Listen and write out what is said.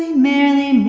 merrily,